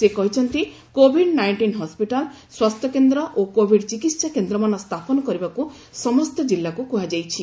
ସେ କହିଛନ୍ତି covid nineteen hospital ସ୍ୱାସ୍ଥ୍ୟକେନ୍ଦ୍ର ଓ କୋଭିଡ଼୍ ଚିକିହା କେନ୍ଦ୍ରମାନ ସ୍ଥାପନ କରିବାକୁ ସମସ୍ତ କିଲ୍ଲାକୁ କୁହାଯାଇଛି